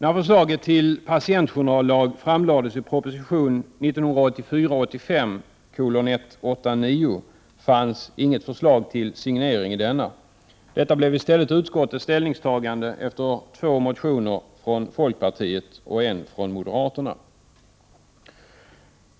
I förslaget till patientjournallag, som framlades i proposition 1984/85:189, fanns inte något förslag om signering. Detta blev i stället utskottets ställningstagande efter två motioner från folkpartiet och en motion från moderaterna.